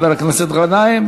חבר הכנסת גנאים,